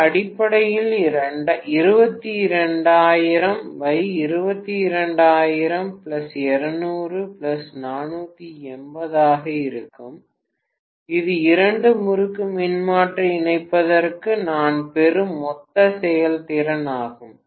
இது அடிப்படையில் 22000 22000 200 480 ஆக இருக்கும் இது இரண்டு முறுக்கு மின்மாற்றி இணைப்பிற்கு நான் பெறும் மொத்த செயல்திறன் ஆகும்